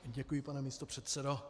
Děkuji, pane místopředsedo.